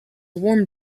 warm